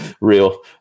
real